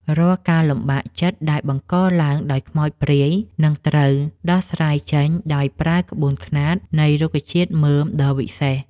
រាល់ការលំបាកចិត្តដែលបង្កឡើងដោយខ្មោចព្រាយនឹងត្រូវដោះស្រាយចេញដោយប្រើក្បួនខ្នាតនៃរុក្ខជាតិមើមដ៏វិសេស។